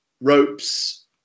ropes